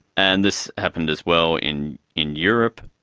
and this happened as well in in europe.